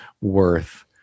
worth